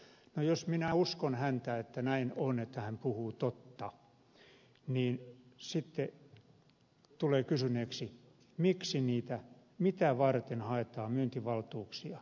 no jos minä uskon häntä että näin on että hän puhuu totta niin sitten tulee kysyneeksi mitä varten haetaan myyntivaltuuksia